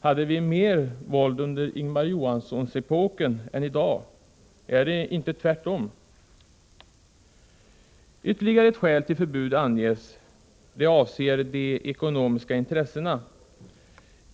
Hade vi mer våld under Ingemar Johansson-epoken än i dag? Är det inte tvärtom? Ytterligare ett skäl till förbud anges, nämligen de ekonomiska intressena.